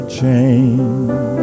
change